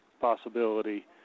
possibility